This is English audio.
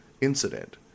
incident